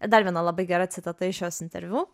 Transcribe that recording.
dar viena labai gera citata iš jos interviu